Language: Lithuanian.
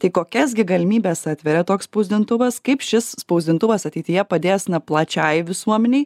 tai kokias gi galimybes atveria toks spausdintuvas kaip šis spausdintuvas ateityje padės na plačiai visuomenei